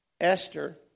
Esther